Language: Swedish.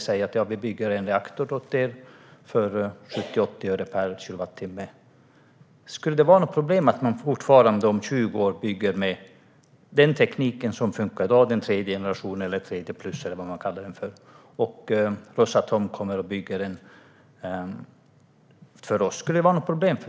De säger att de vill bygga en reaktor åt oss, för 70-80 öre per kilowattimme. Skulle det vara något problem för dig och Moderaterna att Ros-atom kommer och bygger åt oss och om 20 år fortfarande bygger med den teknik som fungerar i dag, tredje generationen eller tredje plus eller vad den nu kallas för?